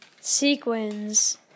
Sequins